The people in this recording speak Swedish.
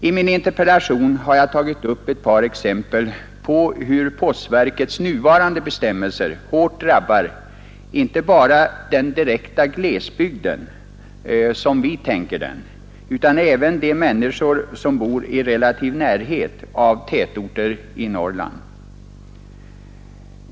I min interpellation har jag tagit upp ett par exempel på hur postverkets nuvarande bestämmelser hårt drabbar inte bara den direkta glesbygden, som vi tänker oss den, utan även de människor som bor i relativ närhet av tätorter i Norrland.